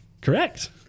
Correct